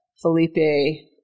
Felipe